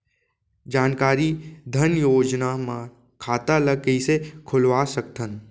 जानकारी धन योजना म खाता ल कइसे खोलवा सकथन?